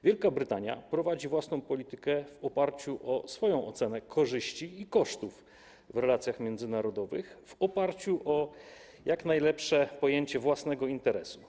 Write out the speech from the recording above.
Wielka Brytania prowadzi własną politykę w oparciu o swoją ocenę korzyści i kosztów w relacjach międzynarodowych, w oparciu o jak najlepsze pojęcie własnego interesu.